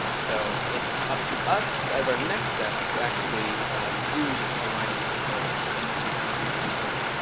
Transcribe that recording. so it's up to us as our next step to actually do this alignment, which i'll demonstrate how we do very shortly.